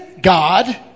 God